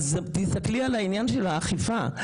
תסתכלי על העניין של האכיפה.